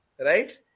Right